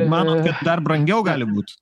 manot kad dar brangiau gali būt